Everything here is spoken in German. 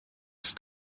ist